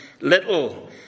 little